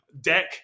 deck